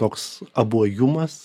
toks abuojumas